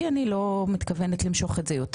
כי אני לא מתכוונת למשוך את זה יותר.